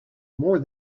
more